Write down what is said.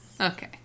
Okay